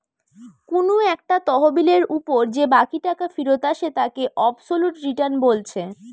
কুনু একটা তহবিলের উপর যে বাকি টাকা ফিরত আসে তাকে অবসোলুট রিটার্ন বলছে